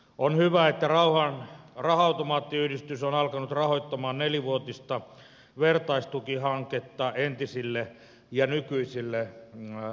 on hyvä että raha automaattiyhdistys on alkanut rahoittamaan nelivuotista vertaistukihanketta entisille ja nykyisille rauhanturvaajille